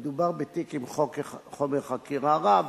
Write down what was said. מדובר בתיק עם חומר חקירה רב,